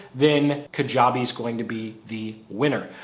then kajabi is going to be the winner.